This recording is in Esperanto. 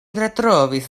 retrovis